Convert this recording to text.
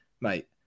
mate